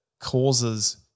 causes